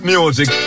Music